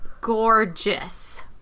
gorgeous